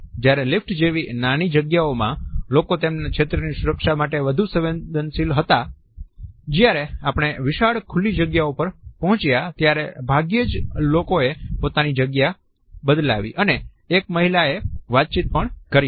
જ્યારે લીફ્ટ જેવી નાની જગ્યાઓ માં લોકો તેમના ક્ષેત્રની સુરક્ષા માટે વધુ સંવેદનશીલ હતા જ્યારે આપણે વિશાળ ખુલ્લી જગ્યાઓ પર પહોંચ્યા ત્યારે ભાગ્યે જ લોકો એ પોતાની જગ્યા બદલાવી અને એક મહિલાએ વાતચીત પણ કરી હતી